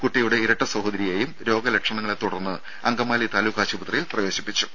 കുട്ടിയുടെ ഇരട്ട സഹോദരിയേയും രോഗ ലക്ഷണങ്ങളെ തുടർന്ന് അങ്കമാലി താലൂക്ക് ആശുപത്രിയിൽ പ്രവേശിപ്പിച്ചിരുന്നു